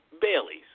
Bailey's